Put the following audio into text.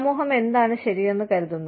സമൂഹം എന്താണ് ശരിയെന്ന് കരുതുന്നത്